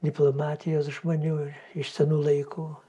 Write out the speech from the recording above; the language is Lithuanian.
diplomatijos žmonių iš senų laikų